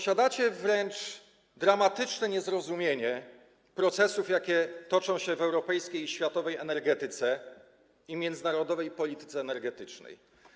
Wykazujecie wręcz dramatyczne niezrozumienie procesów, jakie toczą się w europejskiej i światowej energetyce i międzynarodowej polityce energetycznej.